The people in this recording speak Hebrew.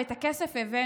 ואת הכסף הבאנו,